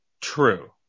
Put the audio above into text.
True